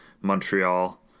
Montreal